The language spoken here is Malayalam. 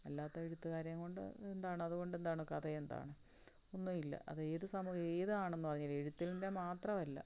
അല്ലാത്ത എഴുത്തുകാരെയുംകൊണ്ട് എന്താണ് അതുകൊണ്ട് എന്താണ് കഥ എന്താണ് ഒന്നും ഇല്ല അത് ഏത് സമൂഹം ഏതാണെന്ന് പറഞ്ഞാൽ എഴുത്തിൻ്റെ മാത്രം അല്ല